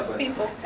people